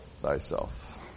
thyself